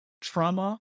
trauma